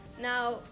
now